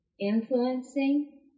influencing